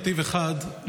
אחד,